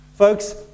Folks